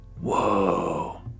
whoa